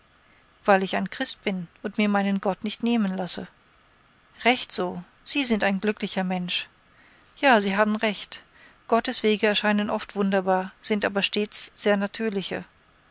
weil ich ein christ bin und mir meinen gott nicht nehmen lasse recht so sie sind ein glücklicher mensch ja sie haben recht gottes wege erscheinen oft wunderbar sind aber stets sehr natürliche